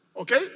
Okay